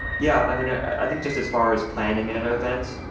yeah, i mean, i think just as far as planning an event,